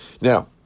Now